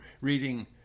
reading